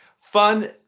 Fun